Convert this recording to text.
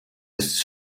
bis